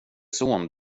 son